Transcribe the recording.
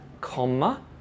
comma